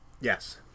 Yes